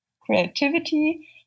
creativity